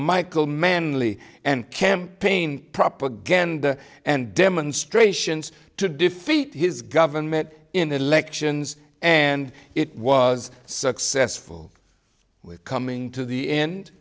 michael manley and campaign propaganda and demonstrations to defeat his government in elections and it was successful with coming to the end